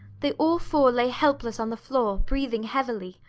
they all four lay helpless on the floor, breathing heavily.